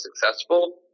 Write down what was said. successful